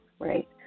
right